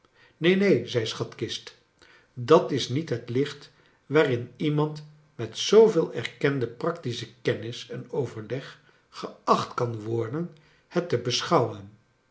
neen neen zei schatkist dat is niet het licht waarin iemand met zooveel erkende practische kennis en overleg geacht kan worden het te beschonwen